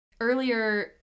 earlier